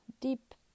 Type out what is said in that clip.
deep